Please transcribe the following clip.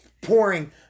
pouring